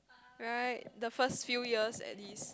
right the first few years at least